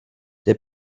der